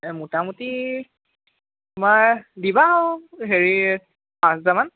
মোটামুটি তোমাৰ দিবা আৰু হেৰি পাঁচ হাজাৰমান